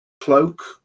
cloak